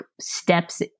steps